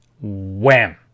wham